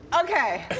Okay